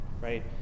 right